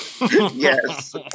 yes